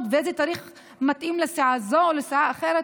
ואיזה תאריך מתאים לסיעה זו או לסיעה אחרת,